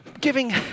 giving